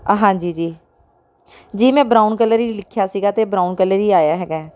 ਹਾਂਜੀ ਜੀ ਜੀ ਮੈਂ ਬਰਾਊਨ ਕਲਰ ਹੀ ਲਿਖਿਆ ਸੀਗਾ ਅਤੇ ਬਰਾਊਨ ਕਲਰ ਹੀ ਆਇਆ ਹੈਗਾ